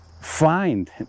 find